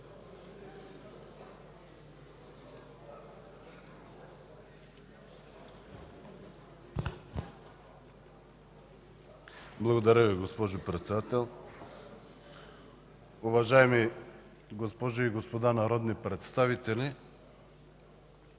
Благодаря Ви, госпожо Председател. Уважаеми госпожи и господа народни представители!